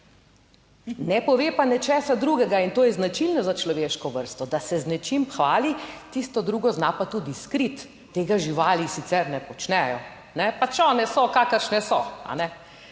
Ne pove pa nečesa drugega, in to je značilno za človeško vrsto, da se z nečim hvali, tisto drugo zna pa tudi skriti. Tega živali sicer ne počnejo, ne, pač one so, kakršne so, a ne.